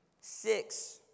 Six